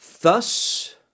Thus